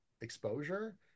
exposure